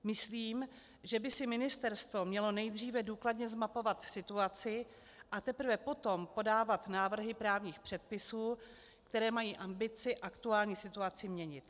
Myslím, že by si ministerstvo mělo nejdříve důkladně zmapovat situaci, a teprve potom podávat návrhy právních předpisů, které mají ambici aktuální situaci měnit.